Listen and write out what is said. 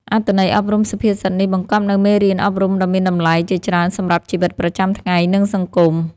អត្ថន័យអប់រំសុភាសិតនេះបង្កប់នូវមេរៀនអប់រំដ៏មានតម្លៃជាច្រើនសម្រាប់ជីវិតប្រចាំថ្ងៃ និងសង្គម។